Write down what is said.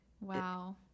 Wow